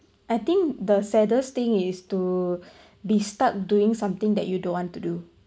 I think the saddest thing is to be stuck doing something that you don't want to do